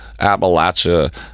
Appalachia